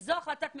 שזו החלטת ממשלה.